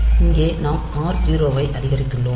இங்கே நாம் r0 ஐ அதிகரித்துள்ளோம்